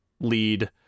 lead